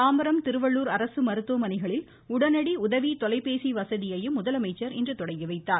தாம்பரம் திருவள்ளுர் அரசு மருத்துவமனைகளில் உடனடி உதவி தொலைபேசி வசதியையும் முதலமைச்சர் இன்று தொடங்கிவைத்தார்